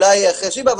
אולי אחרי שיבא,